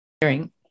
hearing